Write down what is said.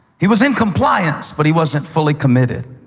he was in compliance, but he wasn't fully committed.